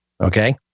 okay